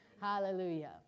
hallelujah